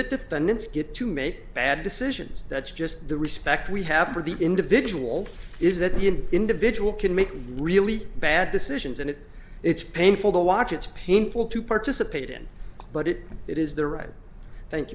get to make bad decisions that's just the respect we have for the individual is that the individual can make really bad decisions and it it's painful to watch it's painful to participate in but it it is the right thank